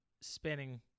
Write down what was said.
spinning